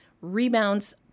rebounds